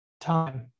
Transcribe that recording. time